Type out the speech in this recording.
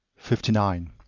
fifty nine.